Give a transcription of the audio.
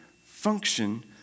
function